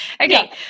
Okay